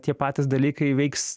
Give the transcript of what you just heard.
tie patys dalykai veiks